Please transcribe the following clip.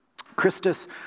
Christus